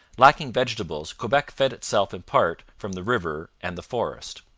lacking vegetables, quebec fed itself in part from the river and the forest.